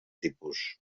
tipus